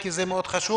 כי זה מאוד חשוב,